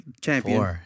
champion